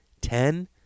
ten